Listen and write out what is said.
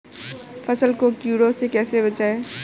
फसल को कीड़ों से कैसे बचाएँ?